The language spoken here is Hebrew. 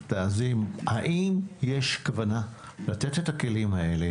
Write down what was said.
אז --- האם יש כוונה לתת את הכלים האלה,